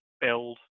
build